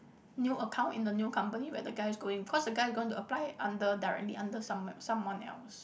new account in the new company where the guy is going because the going to apply under directly under some someone else